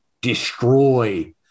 destroy